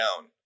down